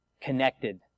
connected